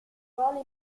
ruolo